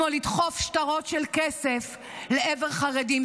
כמו לדחוף שטרות של כסף לעבר חרדים.